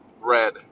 red